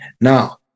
now